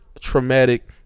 traumatic